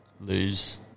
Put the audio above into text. lose